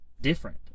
different